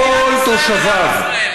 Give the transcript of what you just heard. לכל תושביו.